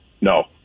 No